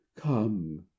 Come